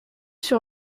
sur